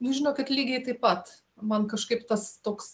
nu žinokit lygiai taip pat man kažkaip tas toks